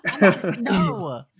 no